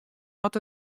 oft